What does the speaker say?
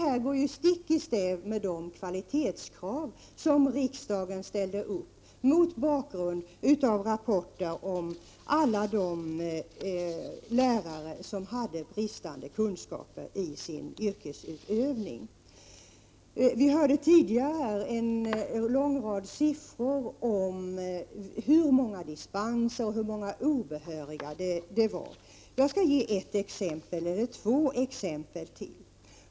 Detta går ju stick i stäv mot de kvalitetskrav som riksdagen ställde upp mot bakgrund av rapporter om alla de lärare som hade otillräckliga kunskaper för sin yrkesutövning. Vi hörde tidigare en lång rad siffror om hur många dispenser som getts och hur många obehöriga lärare som finns. Jag skall ge ytterligare några exempel.